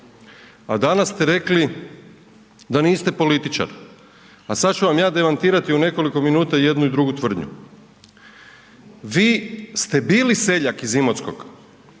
a danas ste rekli da niste političar, a sad ću vam ja demantirati u nekoliko minuta jednu i drugu tvrdnju. Vi ste bili seljak iz Imotskog